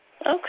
Okay